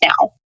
now